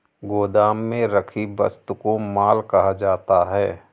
गोदाम में रखी वस्तु को माल कहा जाता है